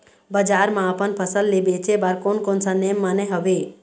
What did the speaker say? बजार मा अपन फसल ले बेचे बार कोन कौन सा नेम माने हवे?